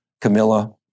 Camilla